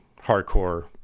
hardcore